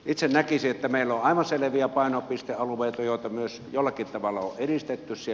itse näkisin että meillä on aivan selviä painopistealueita joita myös jollakin tavalla on edistetty